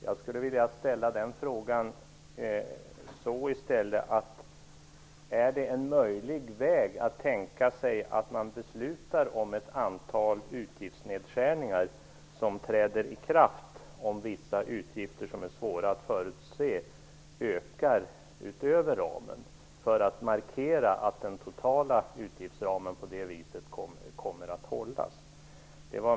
Jag skulle i stället vilja fråga om det är en möjlig väg att tänka sig att man beslutar om ett antal utgiftsnedskärningar som träder i kraft om vissa utgifter, som är svåra att förutse, ökar utöver ramen, för att markera att den totala utgiftsramen på det viset kommer att hållas.